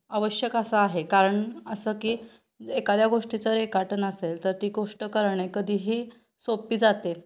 आवश्यक असं आहे कारण असं की एखाद्या गोष्टीचं रेखाटन असेल तर ती गोष्ट करणे कधीही सोप्पी जाते